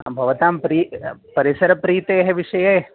भवतां प्रि परिसरप्रीतेः विषये